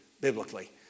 biblically